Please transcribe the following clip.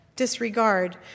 disregard